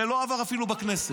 זה לא עבר אפילו בכנסת.